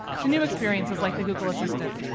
to new experiences, like the google assistant.